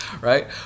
right